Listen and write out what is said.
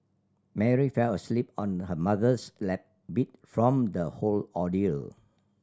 Mary fell asleep on her mother's lap beat from the whole ordeal